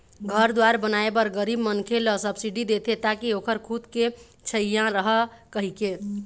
घर दुवार बनाए बर गरीब मनखे ल सब्सिडी देथे ताकि ओखर खुद के छइहाँ रहय कहिके